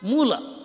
Mula